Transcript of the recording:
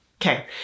Okay